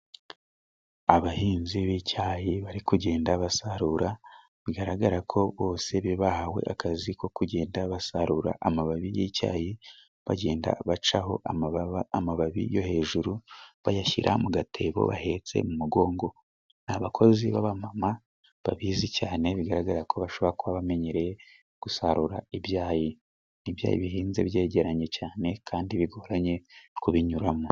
Abahinzi b'icyayi bari kugenda basarura bigaragara ko bose bari bahawe akazi ko kugenda basarura amababi y'icyayi, bagenda bacaho amababi yo hejuru bayashyira mu gatebo bahetse mu mugongo. Ni abakozi babamama babizi cyane, bigaragara ko bashobora kuba bamenyereye gusarura ibyayi. Ibyayi bihinze byegeranye cyane kandi bigoranye kubinyuramo.